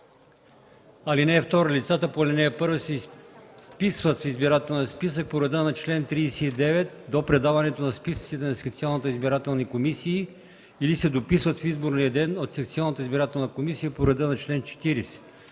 „(2) Лицата по ал. 1 се вписват в избирателния списък по реда на чл. 39 до предаването на списъците на секционните избирателни комисии или се дописват в изборния ден – от секционната избирателна комисия по реда на чл. 40.